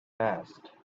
passed